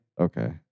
Okay